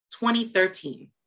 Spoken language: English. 2013